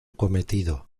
cometido